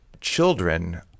children